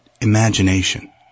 imagination